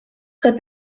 très